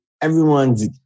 everyone's